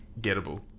gettable